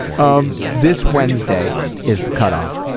um this wednesday is the cutoff,